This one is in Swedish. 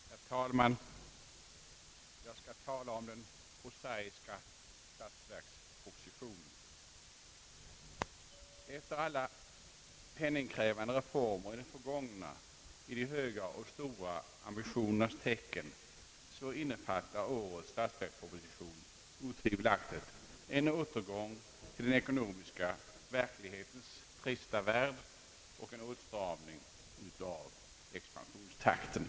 Herr talman! Jag skall tala om den prosaiska statsverkspropositionen. Efter alla penningkrävande reformer i det förgångna i de höga och stora ambitionernas tecken innefattar årets statsverksproposition otvivelaktigt en återgång till den ekonomiska verklighetens trista värld och en åtstramning av expansionstakten.